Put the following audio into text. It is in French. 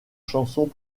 chansons